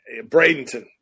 Bradenton